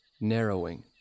narrowing